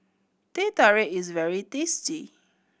Teh Tarik is very tasty